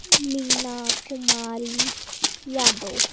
Meena Kumari Yadav